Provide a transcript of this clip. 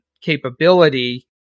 capability